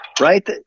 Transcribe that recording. right